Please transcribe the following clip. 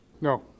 No